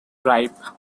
ripe